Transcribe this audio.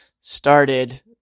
started